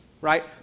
Right